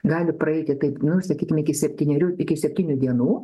gali praeiti kaip nu sakykim iki septynerių iki septynių dienų